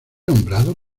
nombrado